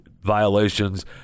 violations